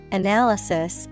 analysis